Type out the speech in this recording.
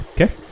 Okay